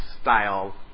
style